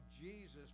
Jesus